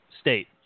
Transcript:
State